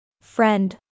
Friend